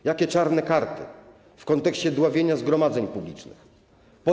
O jakie czarne karty w kontekście dławienia zgromadzeń publicznych chodzi?